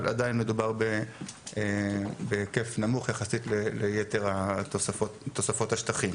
אבל עדיין מדובר בהיקף נמוך יחסית ליתר תוספות השטחים.